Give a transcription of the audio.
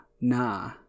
nah